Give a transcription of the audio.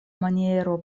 maniero